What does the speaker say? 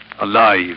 Alive